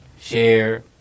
share